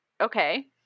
Okay